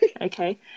Okay